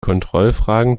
kontrollfragen